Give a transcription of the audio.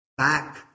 Back